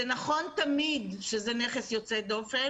זה נכון תמיד שזה נכס יוצא דופן.